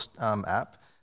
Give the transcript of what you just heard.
app